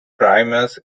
primus